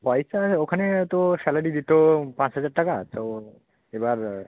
পয়সা ওখানে তো স্যালারি দিত পাঁচ হাজার টাকা তো এবার